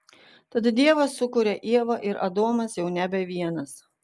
tad dievas sukuria ievą ir adomas jau nebe vienas